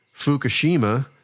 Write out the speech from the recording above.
Fukushima